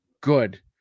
good